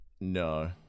No